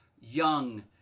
young